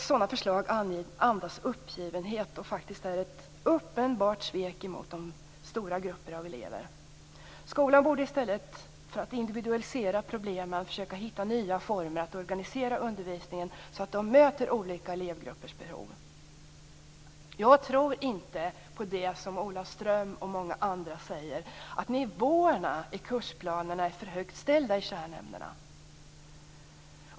Sådana förslag andas uppgivenhet och är faktiskt ett uppenbart svek mot stora grupper av elever. Skolan borde i stället för att individualisera problemen försöka hitta nya former att organisera undervisningen så att den möter olika elevgruppers behov. Jag tror inte på det som Ola Ström och många andra säger, att nivåerna är för högt satta i kärnämnena.